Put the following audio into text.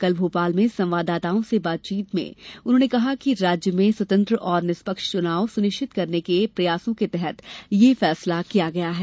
कल भोपाल में संवाददाताओं से बातचीत में उन्होंने कहा कि राज्य में स्वतंत्र और निष्पक्ष चुनाव सुनिश्चित करने के प्रयासों के तहत यह फैसला किया गया है